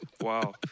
wow